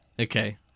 okay